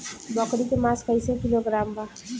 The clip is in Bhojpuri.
बकरी के मांस कईसे किलोग्राम बा?